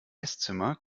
esszimmer